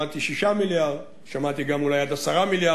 שמעתי 6 מיליארד, שמעתי אולי גם עד 10 מיליארד.